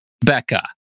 Becca